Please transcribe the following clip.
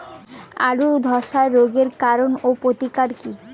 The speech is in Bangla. আলুর ধসা রোগের কারণ ও প্রতিকার কি?